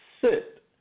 sit